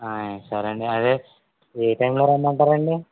సరే అండి అదే ఏ టైంలో రమ్మంటారండి